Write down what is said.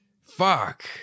Fuck